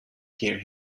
hear